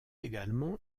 également